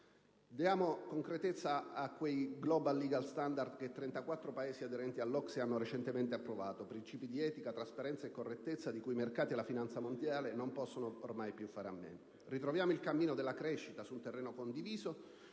Diamo concretezza a quei *global legal standard* che 34 Paesi aderenti all'OCSE hanno recentemente approvato, principi di etica, trasparenza e correttezza di cui i mercati e la finanza mondiale non possono ormai più fare a meno. Ritroviamo il cammino della crescita su un terreno condiviso,